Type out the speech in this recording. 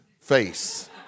Face